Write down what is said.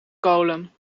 kolen